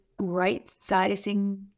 right-sizing